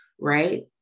right